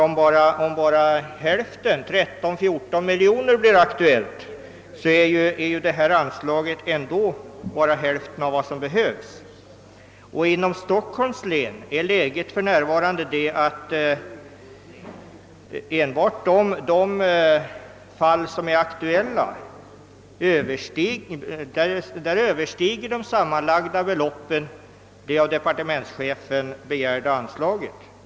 Om bara hälften, 13—14 miljoner, skulle bli aktuellt uppgår ju anslaget till endast hälften av vad som behövs. I Stockholms län är läget för närvarande det, att enbart i detta län det sammanlagda belopp som behövs i de nu aktuella fallen överstiger det av departementschefen begärda anslaget.